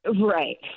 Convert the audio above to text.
Right